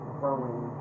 growing